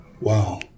Wow